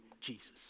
Jesus